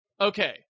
okay